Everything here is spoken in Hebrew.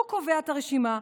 הוא קובע את הרשימה,